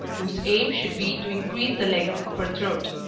whose aim should be to increase the length of her throat.